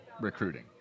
recruiting